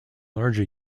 larger